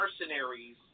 mercenaries